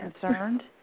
concerned